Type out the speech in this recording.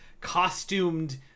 costumed